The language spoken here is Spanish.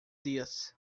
días